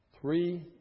Three